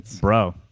Bro